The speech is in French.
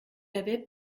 avait